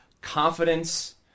confidence